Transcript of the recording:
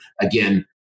again